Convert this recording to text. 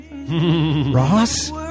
Ross